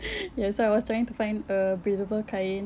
ya so I was trying to find a breathable kain